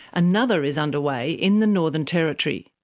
another is underway in the northern territory.